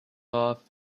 off